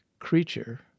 creature